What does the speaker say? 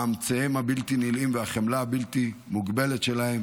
מאמציהם הבלתי-נלאים והחמלה הבלתי-מוגבלת שלהם